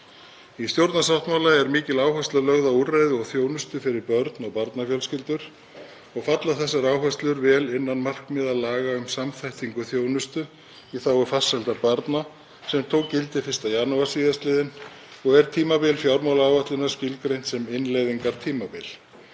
Í stjórnarsáttmála er mikil áhersla lögð á úrræði og þjónustu fyrir börn og barnafjölskyldur og falla þessar áherslur vel innan markmiða laga um samþættingu þjónustu í þágu farsældar barna sem tók gildi 1. janúar síðastiliðinn og er tímabil fjármálaáætlunar skilgreint sem innleiðingartímabil.